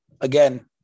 again